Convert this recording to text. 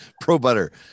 Pro-butter